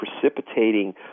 precipitating